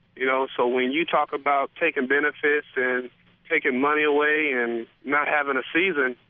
you know so when you talk about taking benefits and taking money away and not having a season,